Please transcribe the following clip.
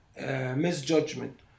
misjudgment